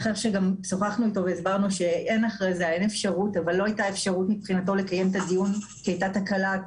וכן אפשר לקיים בהם את